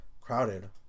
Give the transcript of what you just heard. crowded